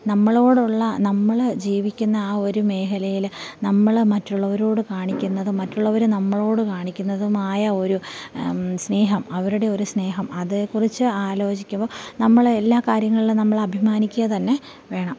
നമ്മളോടുള്ള നമ്മൾ ജീവിക്കുന്ന ആ ഒരു മേഖലയിൽ നമ്മൾ മറ്റുള്ളവരോട് കാണിക്കുന്നതും മറ്റുള്ളവർ നമ്മളോട് കാണിക്കുന്നതുമായ ഒരു സ്നേഹം അവരുടെ ഒരു സ്നേഹം അതെ കുറിച്ച് ആലോചിക്കുമ്പം നമ്മൾ എല്ലാ കാര്യങ്ങളിലും നമ്മൾ അഭിമാനിക്കുക തന്നെ വേണം